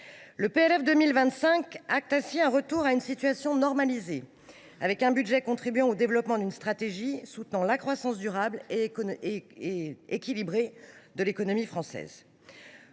Le PLF pour 2025 acte un retour à une situation normalisée, ce projet de budget contribuant au développement d’une stratégie soutenant la croissance durable et équilibrée de l’économie française.